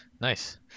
nice